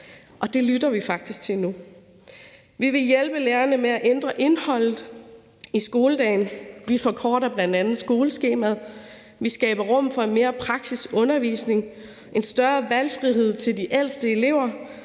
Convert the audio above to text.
Det lytter vi faktisk til nu. Vi vil hjælpe lærerne med at ændre indholdet afskoledagen. Vi forkorter bl.a. skoleskemaet. Vi skaber rum for en mere praktisk undervisning og en større valgfrihed til de ældste elever.